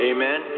Amen